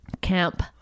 Camp